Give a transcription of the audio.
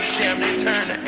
damn near turn